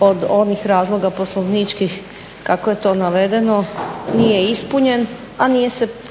od onih razloga poslovničkih kako je to navedeno nije ispunjen, a nije se